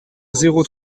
zéro